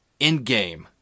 Endgame